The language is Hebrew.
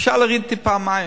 אפשר להוריד טיפה מים,